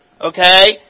Okay